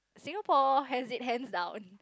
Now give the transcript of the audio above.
Singapore has it hands down